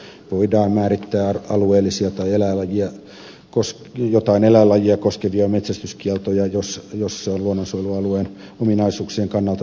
eli pohjoisessa suomessa voidaan määrittää alueellisia tai jotain eläinlajia koskevia metsästyskieltoja jos se on luonnonsuojelualueen ominaisuuksien kannalta tarpeen